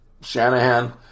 Shanahan